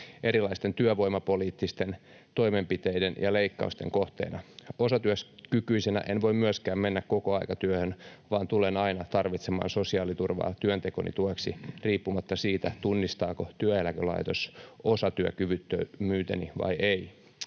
erilaisten työvoimapoliittisten toimenpiteiden ja leikkausten kohteena. Osatyökykyisenä en voi myöskään mennä kokoaikatyöhön, vaan tulen aina tarvitsemaan sosiaaliturvaa työntekoni tueksi riippumatta siitä, tunnistaako työeläkelaitos osatyökyvyttömyyteni vai ei.”